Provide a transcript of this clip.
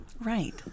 Right